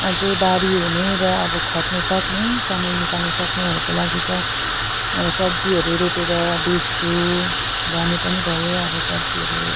अझै बारी हुने र अब खट्नुसक्ने समय निकाल्नु सक्नेहरूको लागि त अब सब्जीहरू रोपेर बेच्छु भने पनि भयो अब सब्जीहरू